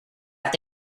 have